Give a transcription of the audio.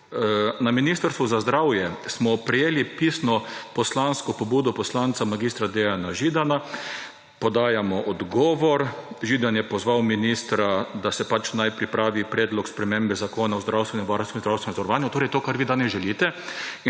»Na Ministrstvu za zdravje smo prejeli pisno poslansko pobudo poslanca mag. Dejana Židana, podajamo odgovor. Židan je pozval ministra, da naj se pripravi predlog spremembe Zakona o zdravstvenem varstvu in zdravstvenem zavarovanju.« Torej to, kar vi danes želite.